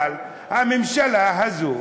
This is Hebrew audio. אבל הממשלה הזאת,